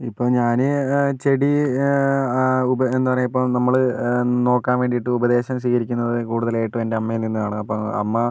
ഇപ്പം ഞാൻ ചെടി ആ ഉപ എന്താ പറയുക ഇപ്പോൾ നമ്മൾ നോക്കാൻ വേണ്ടിയിട്ട് ഉപദേശം സ്വീകരിക്കുന്നത് കൂടുതലായിട്ടും എൻ്റെ അമ്മയിൽ നിന്നാണ് അപ്പോൾ അമ്മ